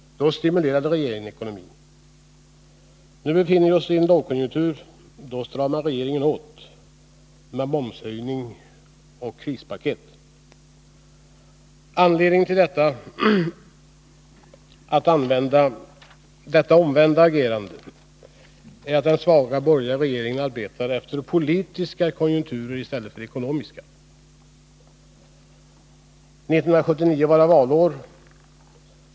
Då stimulerade regeringen ekonomin. Nu befinner vi oss i en konjunkturnedgång. Då stramar regeringen åt med momshöjning och krisplan. Anledningen till detta bakvända agerande är att den svaga borgerliga regeringen arbetar efter politiska konjunkturer i stället för efter ekonomiska. 1979 var det valår.